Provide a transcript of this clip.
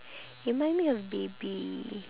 remind me of baby